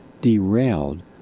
derailed